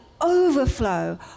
overflow